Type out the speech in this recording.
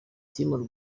team